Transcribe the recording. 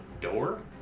door